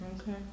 Okay